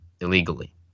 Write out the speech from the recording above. illegally